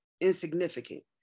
insignificant